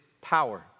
power